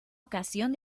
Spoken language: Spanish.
ocasión